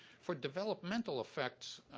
for developmental effects,